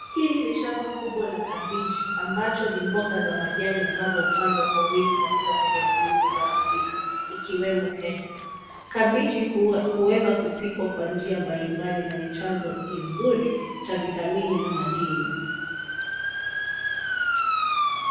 Hili ni shamba kubwa ya kabichi ambacho ni mboga za majani ambazo hupandwa kwa wingi katika sehemu nyingi za Afrika ikiwemo Kenya. Kabichi huweza kupikwa kwa njia mbalimbali na ni chanzo kizuri cha vitamini na madini.